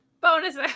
Bonus